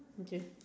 okay